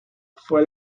fue